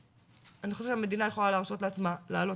אני חושבת שהמדינה יכולה להרשות לעצמה להעלות